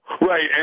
Right